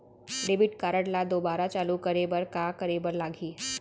Debit card ला दोबारा चालू करे बर का करे बर लागही?